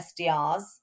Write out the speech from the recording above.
SDRs